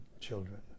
children